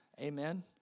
Amen